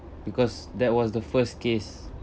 because that was the first case